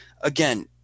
again